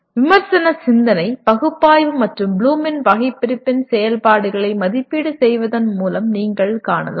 விமர்சன சிந்தனை பகுப்பாய்வு மற்றும் ப்ளூமின் வகைபிரிப்பின் செயல்பாடுகளை மதிப்பீடு செய்வதன் மூலம் நீங்கள் காணலாம்